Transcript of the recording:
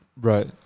right